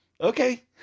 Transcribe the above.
okay